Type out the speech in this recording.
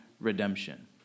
redemption